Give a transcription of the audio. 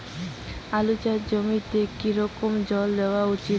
আলু চাষের জমিতে কি রকম জল দেওয়া উচিৎ?